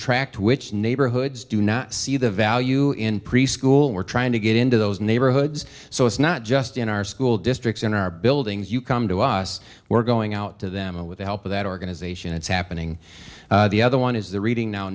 tracked which neighborhoods do not see the value in preschool we're trying to get into those neighborhoods so it's not just in our school districts in our buildings you come to us we're going out to them and with the help of that organization it's happening the other one is the reading now